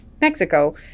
Mexico